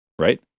Right